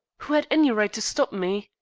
who had any right to stop me?